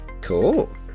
cool